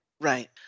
Right